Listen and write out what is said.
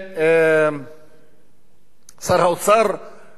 ששר האוצר לא שמע עליהם בכלל,